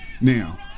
Now